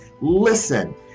Listen